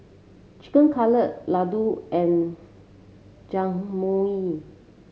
Chicken Cutlet Ladoo and Jajangmyeon